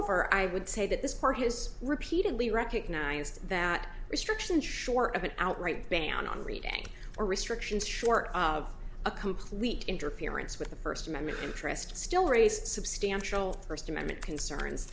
moreover i would say that this part has repeatedly recognized that restriction short of an outright ban on reading or restrictions short of a complete interference with the first amendment interest still raced substantial first amendment concerns